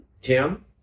Tim